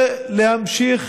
ולהמשיך